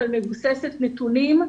אבל מבוססת נתונים,